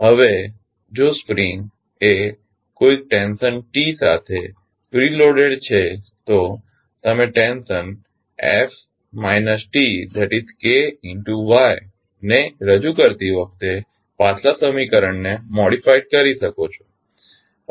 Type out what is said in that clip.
હવે જો સ્પ્રિંગ એ કોઇક ટેન્શન T સાથે પ્રીલોડેડ છે તો તમે ટેન્શન ft TKyt ને રજૂ કરતી વખતે પાછલા સમીકરણને મોડીફાય કરી શકો છો